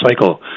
cycle